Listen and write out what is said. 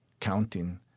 counting